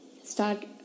start